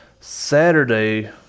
saturday